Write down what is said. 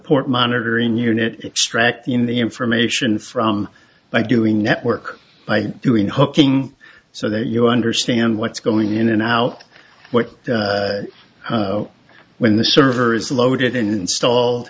port monitoring unit extract the in the information from my doing network by doing hooking so that you understand what's going in and out what when the server is loaded and installed